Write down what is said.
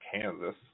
Kansas